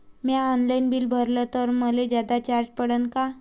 म्या online bill भरलं तर मले जादा चार्ज पडन का?